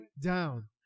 down